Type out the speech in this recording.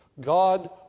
God